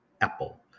apple